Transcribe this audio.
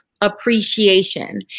appreciation